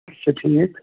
اَچھا ٹھیٖک